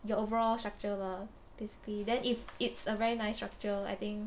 your overall structure lah basically then if it's a very nice structure I think